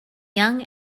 young